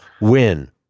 win